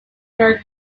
dark